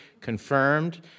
confirmed